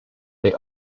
they